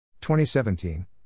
2017